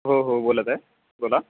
हो हो बोलत आहे बोला